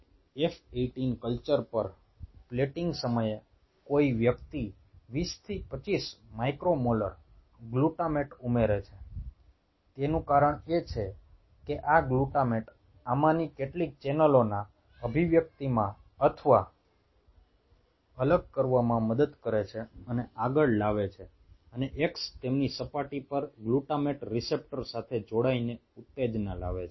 તેથી F 18 culture પર plating સમયે કોઈ વ્યક્તિ 20 થી 25 માઇક્રોમોલર ગ્લુટામેટ ઉમેરે છે તેનું કારણ એ છે કે આ ગ્લુટામેટ આમાંની કેટલીક ચેનલોના અભિવ્યક્તિમાં અથવા અલગ કરવામાં મદદ કરે છે અને આગળ લાવે છે અને x તેમની સપાટી પર ગ્લુટામેટ રીસેપ્ટર સાથે જોડાઈને ઉત્તેજના લાવે છે